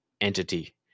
entity